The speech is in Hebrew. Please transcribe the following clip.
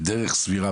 בדרך סבירה,